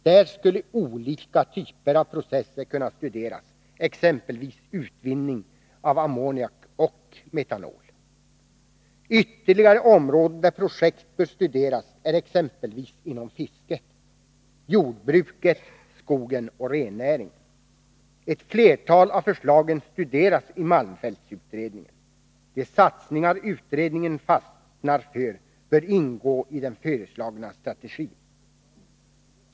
Där skulle olika typer av processer kunna studeras, exempelvis utvinning av ammoniak och metanol. Ytterligare områden där projekt bör studeras är exempelvis inom fisket, jordbruket, skogen och rennäringen. Ett flertal av förslagen studeras i malmfältsutredningen. De satsningar utredningen fastnar för bör ingå i den föreslagna strategin.